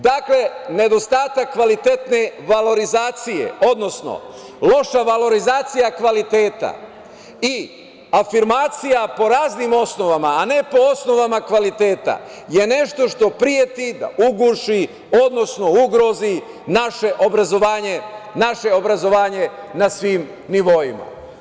Dakle, nedostatak kvalitetne valorizacije, odnosno loša valorizacija kvaliteta i afirmacija po raznim osnovama, a ne po osnovama kvaliteta je nešto što preti da uguši, odnosno ugrozi naše obrazovanje na svim nivoima.